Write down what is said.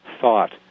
thought